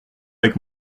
avec